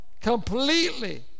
completely